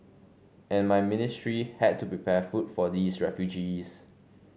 and my ministry had to prepare food for these refugees